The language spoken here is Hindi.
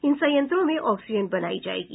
इन संयंत्रों में ऑक्सीजन बनायी जायेगी